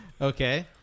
Okay